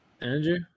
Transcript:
Andrew